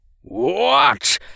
What